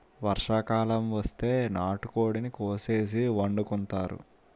వర్షాకాలం వస్తే నాటుకోడిని కోసేసి వండుకుంతారు